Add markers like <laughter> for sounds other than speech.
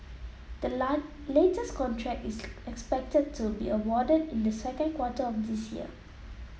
the <unintelligible> latest contract is expected to be awarded in the second quarter of this year